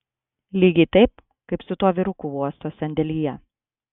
lygiai taip kaip su tuo vyruku uosto sandėlyje